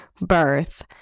birth